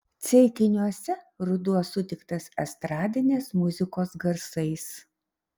ceikiniuose ruduo sutiktas estradinės muzikos garsais